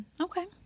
okay